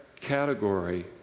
category